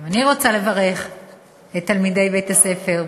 גם אני רוצה לברך את תלמידי בית-הספר.